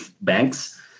banks